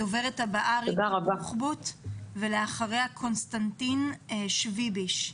הדוברת הבאה ריקי בוחבוט שנמצאת אתנו ב-זום.